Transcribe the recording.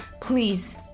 please